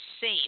safe